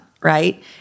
right